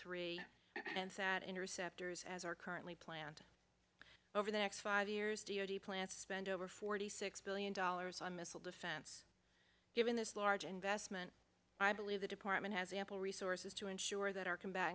three and set interceptors as are currently planned over the next five years d o t plan to spend over forty six billion dollars on missile defense given this large investment i believe the department has ample resources to ensure that our combat